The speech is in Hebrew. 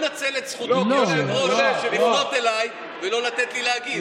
שלא ינצל את זכותו כיושב-ראש לפנות אליי ולא לתת לי להגיב.